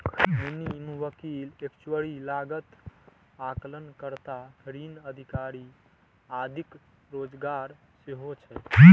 मुनीम, वकील, एक्चुअरी, लागत आकलन कर्ता, ऋण अधिकारी आदिक रोजगार सेहो छै